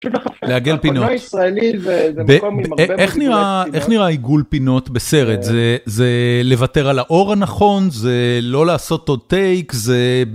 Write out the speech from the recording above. לעגל פינות, איך נראה איך נראה עיגול פינות בסרט זה לוותר על האור הנכון? זה לא לעשות עוד טייק זה.